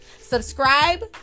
Subscribe